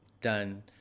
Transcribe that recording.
done